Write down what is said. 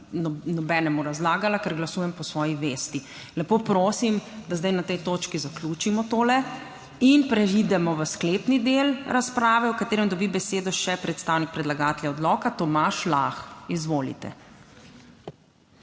nobenemu razlagala, ker glasujem po svoji vesti. Lepo 22. TRAK: (SC) – 15.45 (nadaljevanje) prosim, da zdaj na tej točki zaključimo tole. In preidemo v sklepni del razprave, v katerem dobi besedo še predstavnik predlagatelja odloka Tomaž Lah. Izvolite.